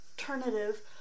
alternative